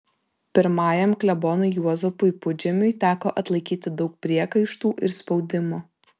pirmajam klebonui juozapui pudžemiui teko atlaikyti daug priekaištų ir spaudimo